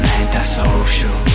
antisocial